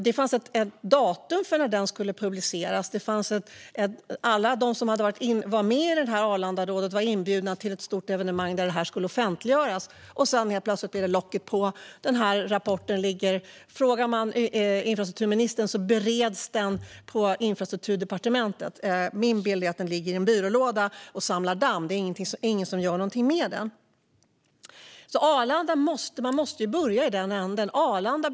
Det fanns ett datum för när denna rapport skulle publiceras. Alla som var med i Arlandarådet var inbjudna till ett stort evenemang där detta skulle offentliggöras, men sedan lades plötsligt locket på. Frågar man infrastrukturministern säger han att rapporten bereds på Infrastrukturdepartementet. Min bild är att den ligger i en byrålåda och samlar damm. Ingen gör någonting med den. Man måste börja med Arlanda.